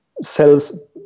sells